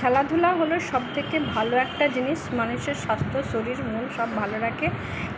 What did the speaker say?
খেলাধুলা হলো সব থেকে ভালো একটা জিনিস মানুষের স্বাস্থ্য শরীর মন সব ভালো রাখে